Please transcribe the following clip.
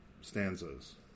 stanzas